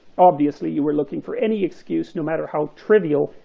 obviously, you were looking for any excuse, no matter how trivial,